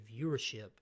viewership